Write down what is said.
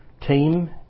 team